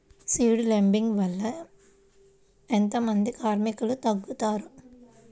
Seed లేంబింగ్ వల్ల ఎంత మంది కార్మికులు తగ్గుతారు?